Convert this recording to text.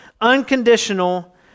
Unconditional